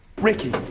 Ricky